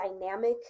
dynamic